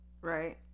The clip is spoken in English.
right